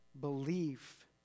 belief